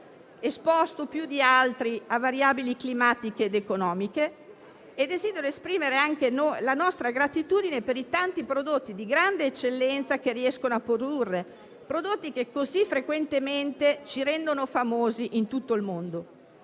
esposto più di altri a variabili climatiche ed economiche. Desidero esprimere la nostra gratitudine per i tanti prodotti di grande eccellenza che riescono a offrire, prodotti che così frequentemente ci rendono famosi in tutto il mondo.